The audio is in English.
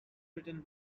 written